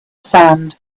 sand